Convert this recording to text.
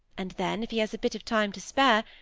and then, if he has a bit of time to spare,